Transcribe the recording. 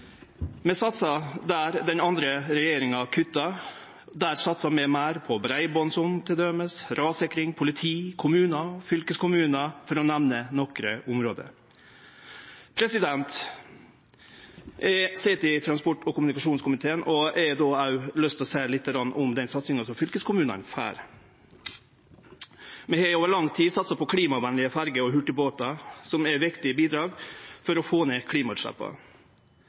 Der den andre regjeringa kutta, satsar vi meir på t.d. breiband, rassikring, politi, kommunar og fylkeskommunar, for å nemne nokre område. Eg sit i transport- og kommunikasjonskomiteen og har òg lyst til å seie litt om den satsinga som fylkeskommunane får. Vi har over lang tid satsa på klimavenlege ferjer og hurtigbåtar, som er viktige bidrag for å få ned